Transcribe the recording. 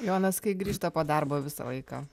jonas kai grįžta po darbo visą laiką